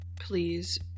please